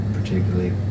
particularly